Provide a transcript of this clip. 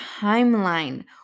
timeline